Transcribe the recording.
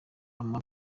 ampa